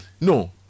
No